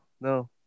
No